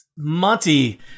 Monty